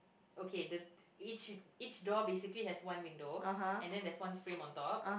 okay the each door basically has one window and then there's one frame on top